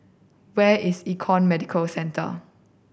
where is Econ Medicare Centre